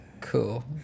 cool